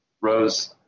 Rose